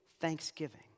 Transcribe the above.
thanksgiving